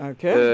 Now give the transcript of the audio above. Okay